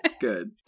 good